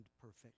perfect